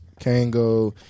Kango